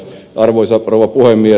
arvoisa rouva puhemies